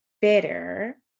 bitter